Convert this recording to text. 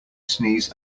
sneeze